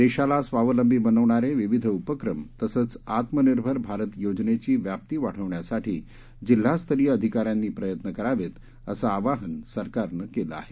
देशाला स्वावलंबी बनवणारे विविध उपक्रम तसंच आत्मनिर्भर भारत योजनेची व्याप्ती वाढवण्यासाठी जिल्हास्तरीय अधिकाऱ्यांनी प्रयत्न करावेत असं आवाहन सरकारनं केलं आहे